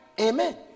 Amen